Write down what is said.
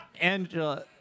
Angela